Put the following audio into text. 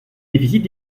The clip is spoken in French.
déficits